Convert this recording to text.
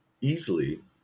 easily